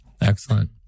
Excellent